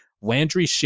Landry